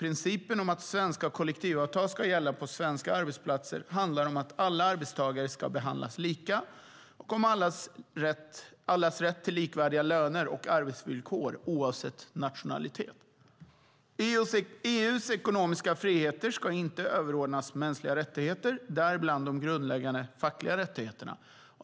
Principen om att svenska kollektivavtal ska gälla på svenska arbetsplatser handlar om att alla arbetstagare ska behandlas lika och om allas rätt till likvärdiga löner och arbetsvillkor oavsett nationalitet. EU:s ekonomiska friheter ska inte överordnas mänskliga rättigheter, däribland de grundläggande fackliga rättigheterna.